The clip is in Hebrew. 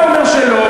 אתה אומר שלא,